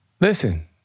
Listen